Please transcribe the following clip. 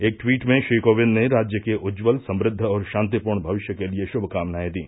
एक ट्वीट में श्री कोविंद ने राज्य के उज्जवल समृद्ध और शांतिपूर्ण मविष्य के लिए शमकामनाएं दी